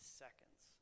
seconds